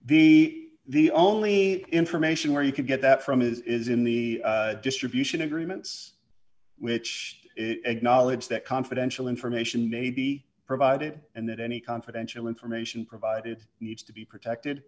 be the only information where you can get that from is in the distribution agreements which it knowledge that confidential information may be provided and that any confidential information provided needs to be protected